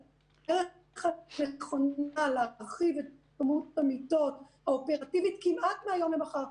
זו הדרך הנכונה להרחיב את מספר המיטות אופרטיבית כמעט מהיום למחר,